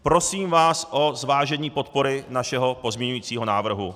Prosím vás o zvážení podpory našeho pozměňujícího návrhu.